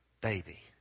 baby